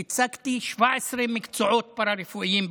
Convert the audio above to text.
הצגתי 17 מקצועות פארה-רפואיים,